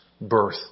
birth